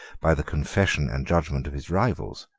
by the confession and judgment of his rivals,